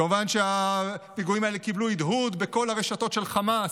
כמובן שהפיגועים האלה קיבלו הדהוד בכל הרשתות של חמאס,